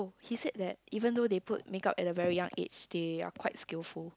he said that even though they put makeup at a very young age they are quite skillful